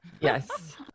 Yes